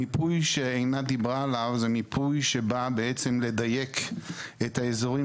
המיפוי שעינת דיברה עליו זה מיפוי שבא בעצם לדייק את האזורים